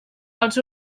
els